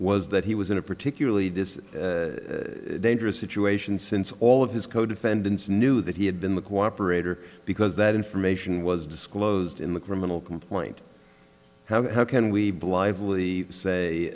was that he was in a particularly does dangerous situation since all of his co defendants knew that he had been the cooperator because that information was disclosed in the criminal complaint how can we blithely say